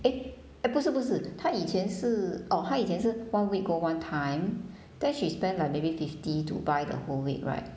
eh eh 不是不是她以前是 orh 她以前是 one week go one time then she spend like maybe fifty to buy the whole week right